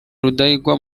rudahigwa